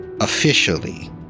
officially